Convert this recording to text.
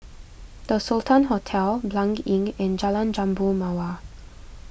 the Sultan Hotel Blanc Inn and Jalan Jambu Mawar